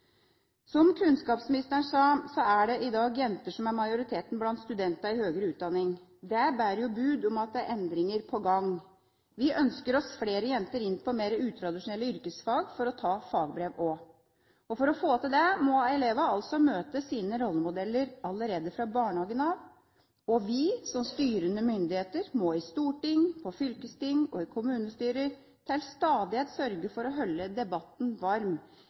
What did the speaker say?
Som kunnskapsministeren sa, er det i dag jenter som er majoriteten blant studentene i høgere utdanning. Det bærer bud om at det er endringer på gang. Vi ønsker oss flere jenter inn på mer utradisjonelle yrkesfag for å ta fagbrev også. For å få til det må elevene altså møte sine rollemodeller allerede fra barnehagen av, og vi som styrende myndigheter må i storting, i fylkesting og i kommunestyrene til stadighet sørge for å holde debatten varm.